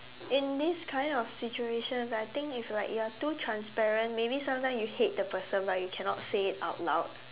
in this kind of situation I think if you are like too transparent maybe sometime you hate the person but you cannot say it out loud